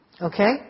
Okay